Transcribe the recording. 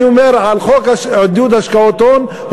אני אומר על חוק עידוד השקעות הון,